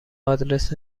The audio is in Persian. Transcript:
آدرس